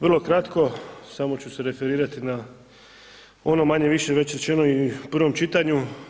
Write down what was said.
Vrlo kratko, samo ću se referirati na ono manje-više reći rečeno i u prvom čitanju.